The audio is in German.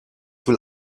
will